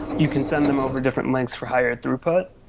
you can send them over different links for higher throughput.